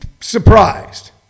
surprised